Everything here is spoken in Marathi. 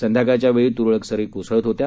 संध्याकाळच्या वेळी तुरळक सरी कोसळत होत्या